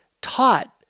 taught